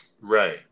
Right